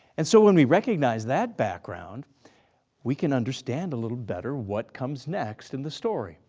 and so when we recognize that background we can understand a little better what comes next in the story.